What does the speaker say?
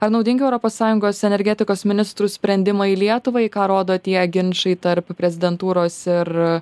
ar naudingi europos sąjungos energetikos ministrų sprendimai lietuvai ką rodo tie ginčai tarp prezidentūros ir